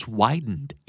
widened